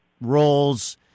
roles